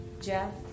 Jeff